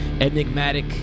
enigmatic